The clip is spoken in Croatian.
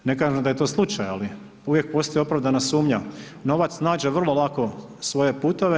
Ne kažem da je to slučaj ali uvijek postoji opravdana sumnja, novac nađe vrlo lako svoje puteve.